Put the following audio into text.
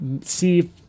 see